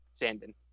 Sandin